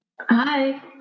Hi